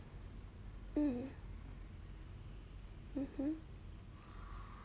mm mmhmm